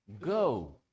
Go